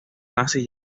nazis